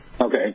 Okay